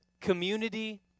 community